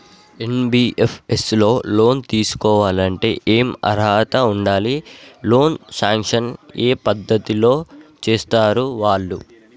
NBFS లో loan తీస్కోవాలంటే ఏం అర్హత ఉండాలి? లోన్ సాంక్షన్ ఏ పద్ధతి లో చేస్తరు వాళ్లు?